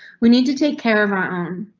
we need to take care of our own.